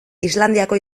islandiako